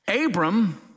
Abram